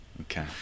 Okay